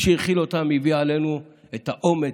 מי שהכיל אותם הביא עלינו את האומץ,